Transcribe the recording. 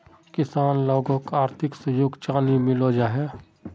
किसान लोगोक आर्थिक सहयोग चाँ नी मिलोहो जाहा?